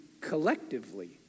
collectively